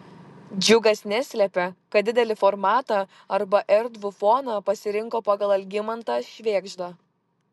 džiugas neslepia kad didelį formatą arba erdvų foną pasirinko pagal algimantą švėgždą